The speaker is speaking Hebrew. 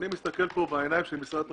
אני מסתכל פה בעיניים של משרד התחבורה.